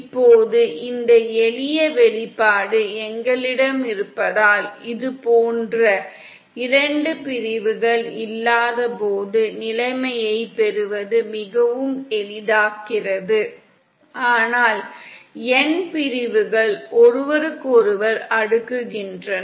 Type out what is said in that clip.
இப்போது இந்த எளிய வெளிப்பாடு எங்களிடம் இருப்பதால் இது போன்ற இரண்டு பிரிவுகள் இல்லாதபோது நிலைமையைப் பெறுவது மிகவும் எளிதாகுகிறது ஆனால் n பிரிவுகள் ஒன்றுக்கொன்று அடுக்கப்பட்டவாறு இருக்கின்றன